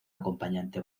acompañante